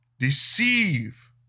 deceive